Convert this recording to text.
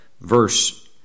verse